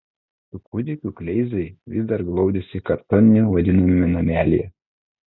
su kūdikiu kleizai vis dar glaudėsi kartoniniu vadinamame namelyje